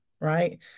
Right